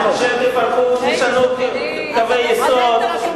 של לשנות קווי יסוד,